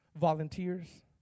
volunteers